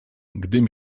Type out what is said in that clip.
gdym